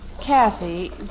Kathy